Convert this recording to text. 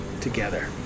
together